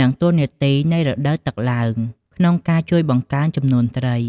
និងតួនាទីនៃរដូវទឹកឡើងក្នុងការជួយបង្កើនចំនួនត្រី។